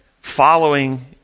following